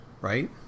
right